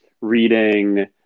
reading